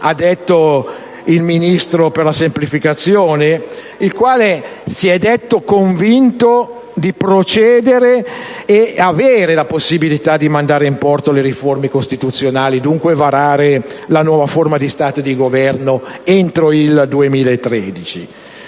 ha sottolineato il Ministro per la semplificazione, il quale si è detto convinto di procedere e di avere la possibilità di mandare in porto le riforme costituzionali, e dunque varare la nuova forma di Stato e la nuova forma di Governo entro il 2013.